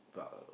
but